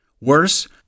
Worse